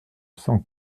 cent